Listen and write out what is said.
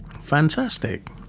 Fantastic